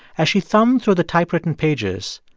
as she thumbed through the typewritten pages,